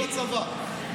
שירות בצבא.